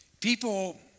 People